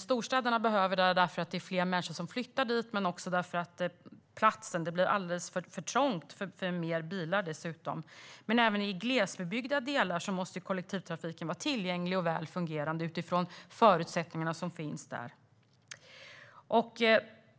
Storstäderna behöver detta därför att fler människor flyttar dit och därför att det blir alldeles för trångt med mer bilar dessutom, men även i glesbebyggda delar måste kollektivtrafiken vara tillgänglig och väl fungerande utifrån de förutsättningar som finns där.